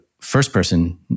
first-person